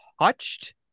touched